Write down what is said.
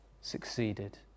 succeeded